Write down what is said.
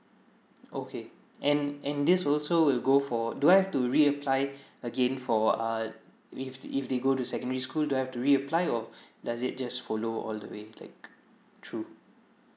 okay and and this will also will go for do I have to re apply again for uh if they if they go to secondary school do I have to reply or does it just follow all the way get through